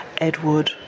Edward